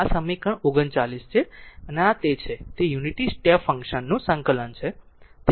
આ સમીકરણ 39 છે આ તે છે તે યુનિટી સ્ટેપ ફંક્શન નું સંકલન છે